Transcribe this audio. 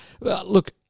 Look